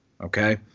Okay